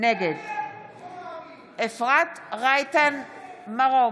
נגד אפרת רייטן מרום,